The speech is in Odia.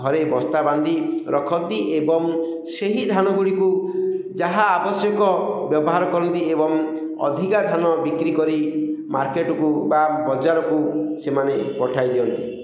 ଘରେ ବସ୍ତା ବାନ୍ଧି ରଖନ୍ତି ଏବଂ ସେହି ଧାନ ଗୁଡ଼ିକୁ ଯାହା ଆବଶ୍ୟକ ବ୍ୟବହାର କରନ୍ତି ଏବଂ ଅଧିକା ଧାନ ବିକ୍ରି କରି ମାର୍କେଟକୁ ବା ବଜାରକୁ ସେମାନେ ପଠାଇ ଦିଅନ୍ତି